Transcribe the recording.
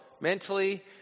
mentally